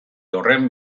horren